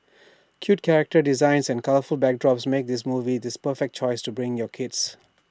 cute character designs and colourful backdrops make this movie this perfect choice to bring your kids